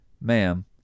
Ma'am